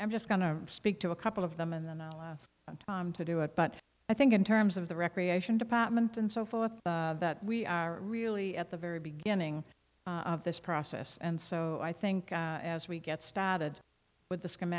i'm just going to speak to a couple of them and then i'll ask them time to do it but i think in terms of the recreation department and so forth that we are really at the very beginning of this process and so i think as we get started with the s